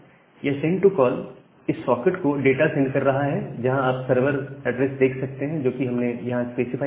यह send to call इस socket को डाटा सेंड कर रहा है जहां आप सर्वर एड्रेस देख सकते हैं जो कि हमने यहां स्पेसिफाई किया है